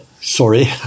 Sorry